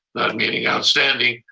not meaning outstanding,